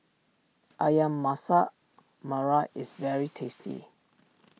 Ayam Masak Merah is very tasty